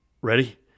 ready